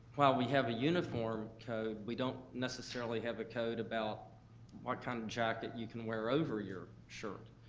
while we have a uniform code, we don't necessarily have a code about what kind of jacket you can wear over your shirt.